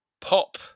Pop